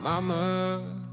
Mama